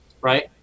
right